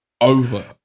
over